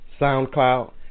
SoundCloud